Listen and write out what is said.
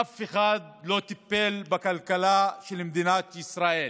אף אחד לא טיפל בכלכלה של מדינת ישראל.